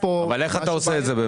איך אתה עושה את זה?